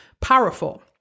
powerful